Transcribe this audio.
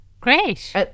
great